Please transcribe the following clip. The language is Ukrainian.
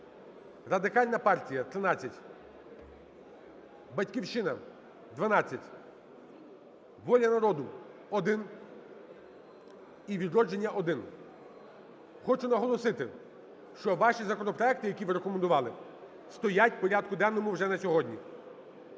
Радикальна партія – 13, "Батьківщина" – 12, "Воля народу" – 1 і "Відродження" – 1. Хочу наголосити, що ваші законопроекти, які ви рекомендували, стоять в порядку денному вже на сьогодні,